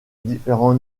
différents